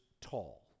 tall